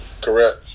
Correct